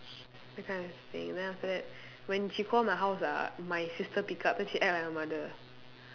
that kind of thing then after that when she call my house ah my sister pick up then she act like my mother